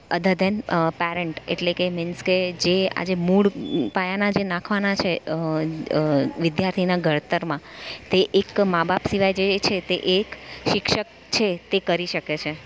અધર than parent એટલે કે means કે જે આજે મૂળ પાયાના જે નાખવાના છે વિદ્યાર્થીના ઘડતરમાં તે એક માં બાપ સિવાય જે છે તે એક શિક્ષક છે તે કરી શકે છે